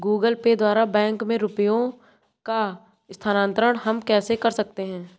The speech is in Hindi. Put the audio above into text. गूगल पे द्वारा बैंक में रुपयों का स्थानांतरण हम कैसे कर सकते हैं?